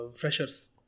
freshers